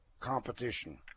competition